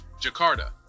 Jakarta